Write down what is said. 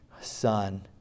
son